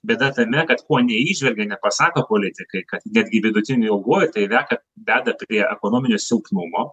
bėda tame kad ko neįžvelgia nepasako politikai kad netgi vidutiniu ilguoju tai veda veda prie ekonominio silpnumo